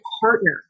partner